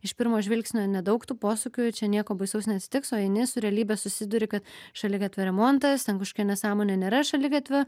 iš pirmo žvilgsnio nedaug tų posūkių čia nieko baisaus neatsitiks o eini su realybe susiduri kad šaligatvio remontas ten kažkokia nesąmonė nėra šaligatvio